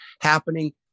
happening